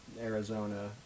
Arizona